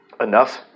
enough